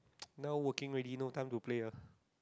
now working already no time to play ah